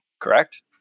correct